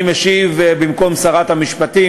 אני משיב במקום שרת המשפטים,